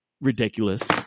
ridiculous